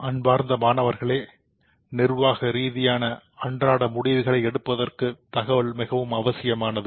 அன்பார்ந்த மாணவர்களே நிர்வாக ரீதியான அன்றாட முடிவுகள் எடுப்பதற்கு தகவல் அவசியமானது